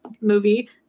movie